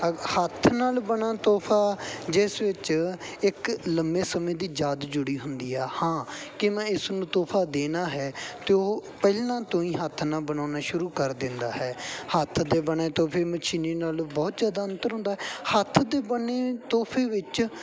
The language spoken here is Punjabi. ਅ ਹੱਥ ਨਾਲ ਬਣਿਆ ਤੋਹਫ਼ਾ ਜਿਸ ਵਿੱਚ ਇੱਕ ਲੰਮੇ ਸਮੇਂ ਦੀ ਯਾਦ ਜੁੜੀ ਹੁੰਦੀ ਆ ਹਾਂ ਕਿ ਮੈਂ ਇਸ ਨੂੰ ਤੋਹਫ਼ਾ ਦੇਣਾ ਹੈ ਅਤੇ ਉਹ ਪਹਿਲਾਂ ਤੋਂ ਹੀ ਹੱਥ ਨਾਲ ਬਣਾਉਣਾ ਸ਼ੁਰੂ ਕਰ ਦਿੰਦਾ ਹੈ ਹੱਥ ਦੇ ਬਣੇ ਤੋਂ ਵੀ ਮਸ਼ੀਨੀ ਨਾਲ ਬਹੁਤ ਜ਼ਿਆਦਾ ਅੰਤਰ ਹੁੰਦਾ ਹੈ ਹੱਥ ਦੇ ਬਣੇ ਤੋਹਫ਼ੇ ਵਿੱਚ